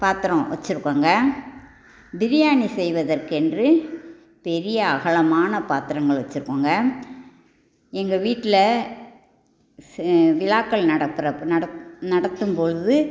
பாத்திரம் வச்சுருக்கோங்க பிரியாணி செய்வதற்கு என்று பெரிய அகலமான பாத்திரங்கள் வச்சுருக்கோங்க எங்கள் வீட்டில் விழாக்கள் நடத்துகிற நடத் நடத்தும் போது